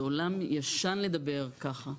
זה עולם ישן לדבר ככה.